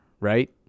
right